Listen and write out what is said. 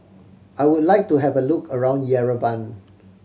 I would like to have a look around Yerevan